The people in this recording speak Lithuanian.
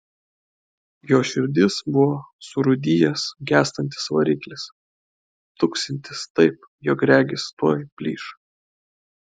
jo širdis buvo surūdijęs gęstantis variklis tuksintis taip jog regis tuoj plyš